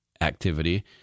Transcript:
activity